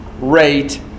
rate